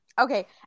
okay